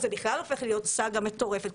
זה בכלל הופך להיות סאגה מטורפת.